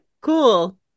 cool